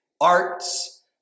arts